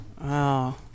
Wow